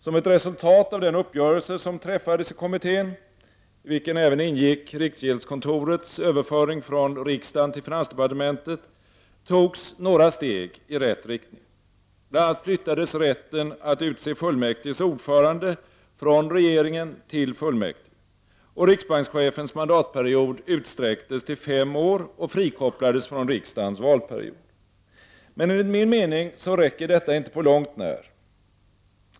Som ett resultat av den uppgörelse som träffades i kommittén, i vilken även ingick riksgäldskontorets överföring från riksdagen till finansdepartementet, togs några steg i rätt riktning. Bl.a. flyttades rätten att utse fullmäktiges ordförande från regeringen till fullmäktige, och riksbankschefens mandatperiod utsträcktes till fem år och frikopplades från riksdagens valperiod. Men enligt min mening räcker detta inte på långt när.